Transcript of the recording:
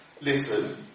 Listen